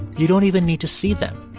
you don't even need to see them.